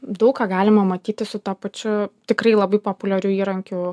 daug ką galima matyti su ta pačiu tikrai labai populiariu įrankiu